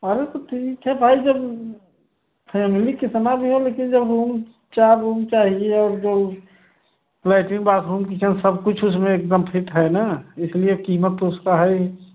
अरे तो ठीक है भाई जब फैमिली कितना भी हो लेकिन जब रूम चार रूम चाहिए और जो लैट्रिन बाथरूम किचन सब कुछ उसमें एक दम फिट है ना इसलिए क़ीमत तो उसकी है ही